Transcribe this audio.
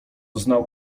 znał